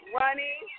running